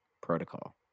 protocol